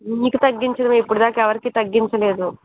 మీకు తగ్గించడమే ఇప్పటిదాకా ఎవరికీ తగ్గించలేదు